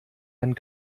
einen